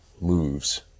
moves